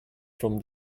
from